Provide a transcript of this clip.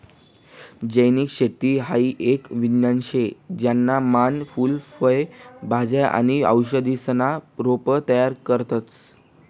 जैविक शेती हाई एक विज्ञान शे ज्याना मान फूल फय भाज्या आणि औषधीसना रोपे तयार करतस